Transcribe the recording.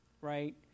right